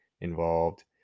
involved